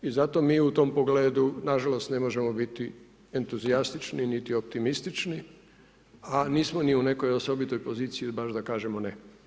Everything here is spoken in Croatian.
I zato mi u tom pogledu nažalost ne možemo biti entuzijastični niti optimistični a nismo ni u nekoj osobitoj poziciji baš da kažemo ne.